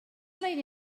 late